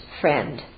friend